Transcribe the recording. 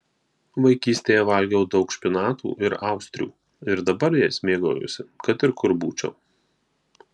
vaikystėje valgiau daug špinatų ir austrių ir dabar jais mėgaujuosi kad ir kur būčiau